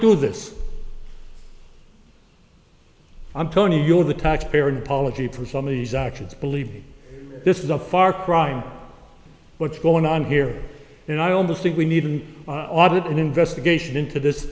do this i'm tony you're the taxpayer and policy from some of these auctions believe me this is a far cry on what's going on here and i almost think we need an audit an investigation into this